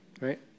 right